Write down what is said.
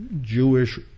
Jewish